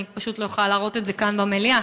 אני פשוט לא יכולה להראות את זה כאן במליאה,